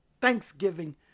thanksgiving